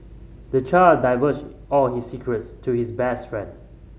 the child divulged all his secrets to his best friend